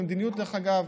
דרך אגב,